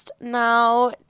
Now